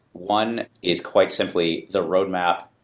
one is quite simply the roadmap.